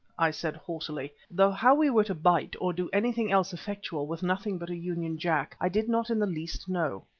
i said haughtily, though how we were to bite or do anything else effectual with nothing but a union jack, i did not in the least know.